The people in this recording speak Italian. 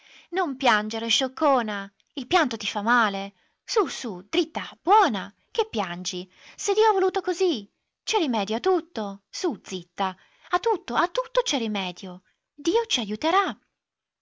non piangere scioccona il pianto ti fa male su su dritta buona che piangi se dio ha voluto così c'è rimedio a tutto su zitta a tutto a tutto c'è rimedio dio ci ajuterà